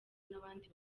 n’abandi